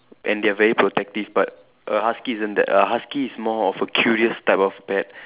and they are very protective but a husky isn't that a husky is more of a curious type of pet